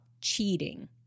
cheating